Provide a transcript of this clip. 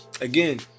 Again